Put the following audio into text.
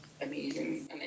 amazing